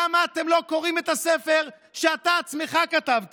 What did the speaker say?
למה אתם לא קוראים את הספר שאתה עצמך כתבת?